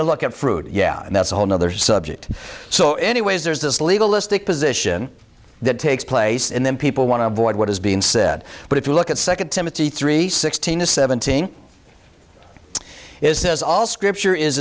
to look at fruit yeah and that's a whole nother subject so anyways there's this legal list position that takes place and then people want to avoid what is being said but if you look at second timothy three sixteen to seventeen is this all scripture is